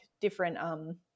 different